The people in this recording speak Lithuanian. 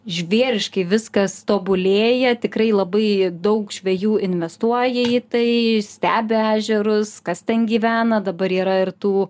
žvėriškai viskas tobulėja tikrai labai daug žvejų investuoja į tai stebi ežerus kas ten gyvena dabar yra ir tų